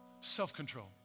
Self-control